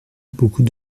beaucoup